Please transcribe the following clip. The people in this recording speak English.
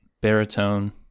baritone